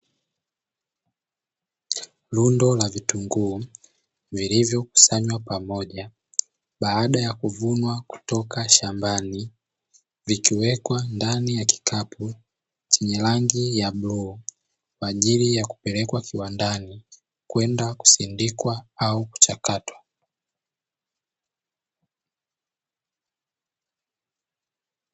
Rundo la vitunguu, vilivyokusanywa pamoja baada ya kuvunwa kutoka shambani, vikiwekwa ndani ya kikapu chenye rangi ya bluu kwa ajili ya kupelekwa kiwanja kwenda kusindikwa au kuchakatwa.